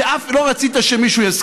אני נוסע, אבל לא לאלבניה.